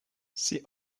see